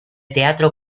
teatro